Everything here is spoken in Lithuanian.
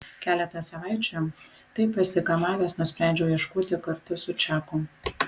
keletą savaičių taip pasikamavęs nusprendžiau ieškoti kartu su čaku